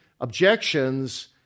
objections